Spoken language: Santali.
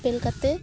ᱚᱯᱮᱞ ᱠᱟᱛᱮᱫ